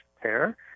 pair